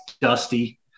dusty